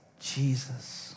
Jesus